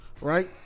right